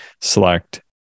select